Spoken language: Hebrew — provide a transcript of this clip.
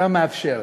יותר מאפשרת,